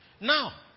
Now